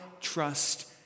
trust